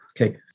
okay